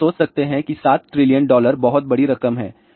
तो आप सोच सकते हैं कि 7 ट्रिलियन डॉलर बहुत बड़ी रकम है